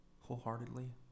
wholeheartedly